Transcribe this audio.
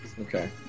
Okay